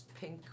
pink